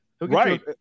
Right